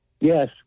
Yes